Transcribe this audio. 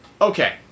Okay